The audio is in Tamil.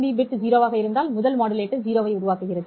பி பிட் 0 ஆக இருந்தால் முதல் மாடுலேட்டர் 0 ஐ உருவாக்குகிறது